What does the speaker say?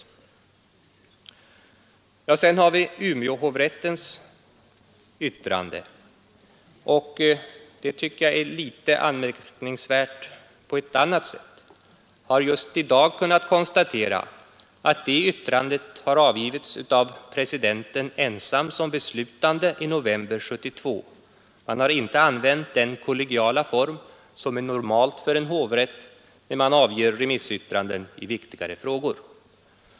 Sedan har vi Umeåhovrättens yttrande, och det tycker jag är litet anmärkningsvärt. Jag har just i dag kunnat konstatera att det yttrandet har avgivits i november 1972 av presidenten ensam som beslutande. Man har inte använt den kollegiala form som är normal för en hovrätt när man avger remissyttranden i viktigare frågor.